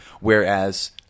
whereas